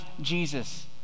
jesus